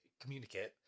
communicate